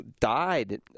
died